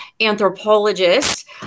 anthropologist